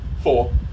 four